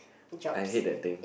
I hate that thing